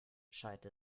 schallte